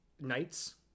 knights